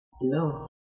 No